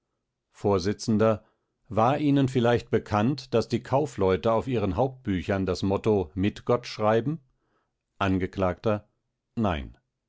vors war ihnen vielleicht bekannt daß die kaufleute auf ihren hauptbüchern das motto mit gott schreiben angekl nein